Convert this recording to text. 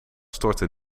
stortte